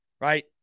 right